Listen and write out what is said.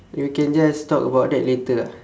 you can just talk about that later ah